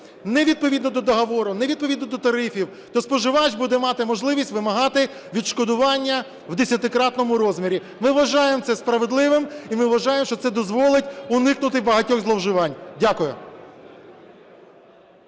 не відповідно до договору, не відповідно до тарифів, то споживач буде мати можливість вимагати відшкодування в 10-кратному розмірі. Ми вважаємо це справедливим і ми вважаємо, що це дозволить уникнути багатьох зловживань. Дякую.